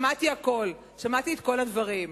שמעתי הכול, שמעתי את כל הדברים.